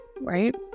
Right